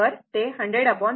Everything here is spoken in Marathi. तर ते 100 50 असेल